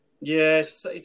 Yes